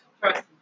trust